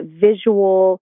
visual